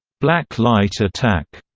black light attack,